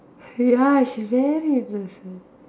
ya she very innocent